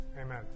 Amen